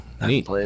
neat